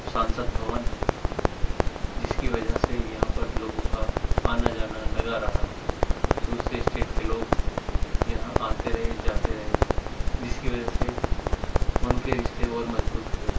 سنسد بھون ہے جس کی وجہ سے یہاں پر لوگوں کا آنا جانا لگا رہا دوسرے اسٹیٹ کے لوگ یہاں آتے رہے جاتے رہے جس کی وجہ سے ان کے رشتے اور مضبوط ہوئے